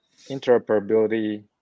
interoperability